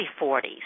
40s